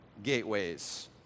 Gateways